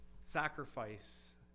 sacrifice